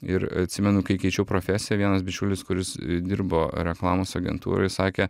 ir atsimenu kai keičiau profesiją vienas bičiulis kuris dirbo reklamos agentūroj sakė